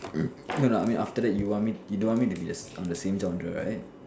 okay lah after that you want me you don't want me to be the same genre am I right